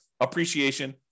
appreciation